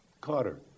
Carter